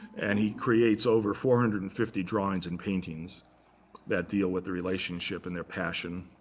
and he creates over four hundred and fifty drawings and paintings that deal with their relationship and their passion.